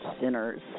sinners